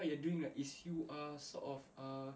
mm